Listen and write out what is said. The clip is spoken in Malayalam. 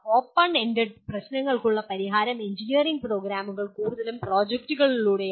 ഓപ്പൺ എന്റഡ് പ്രശ്നങ്ങൾക്കുള്ള പരിഹാരം എഞ്ചിനീയറിംഗ് പ്രോഗ്രാമുകൾ കൂടുതലും പ്രോജക്റ്റുകളിലൂടെയാണ്